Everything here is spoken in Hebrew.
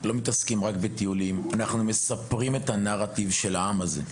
לא מתעסקים רק בטיולים אלא בסיפור הנרטיב של העם הזה,